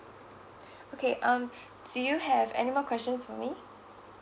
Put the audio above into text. okay um do you have any more questions for me